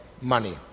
money